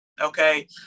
okay